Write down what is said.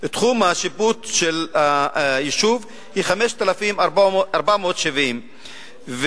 תחום השיפוט של היישוב הוא 5,470 דונם,